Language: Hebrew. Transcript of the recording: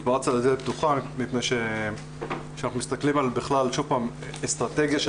התפרצת לדלת פתוחה מפני שכאשר אנחנו מסתכלים על אסטרטגיה של